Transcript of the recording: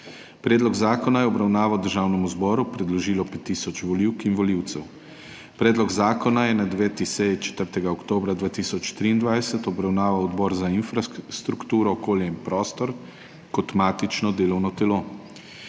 Predlog zakona je v obravnavo Državnemu zboru predložilo 5 tisoč volivk in volivcev. Predlog zakona je na 9. seji, 4. oktobra 2023, obravnaval Odbor za infrastrukturo, okolje in prostor kot matično delovno telo.